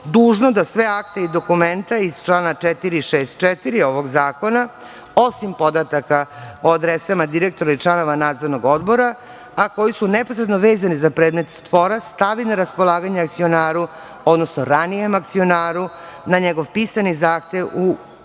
dužno da sve akte i dokumente iz člana 464. ovog zakona, osim podataka o adresama direktora i članova Nadzornog odbora, a koji su neposredno vezani za predmet spora stavi na raspolaganje akcionaru, odnosno ranijem akcionaru na njegov pisani zahtev podnet